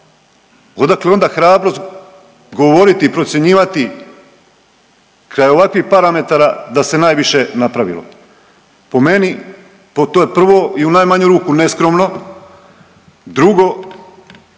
Odakle onda hrabrost govoriti, procjenjivati kraj ovakvih parametara da se najviše napravilo? Po meni, to je prvo i u najmanju ruku neskromno. Drugo,